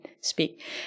speak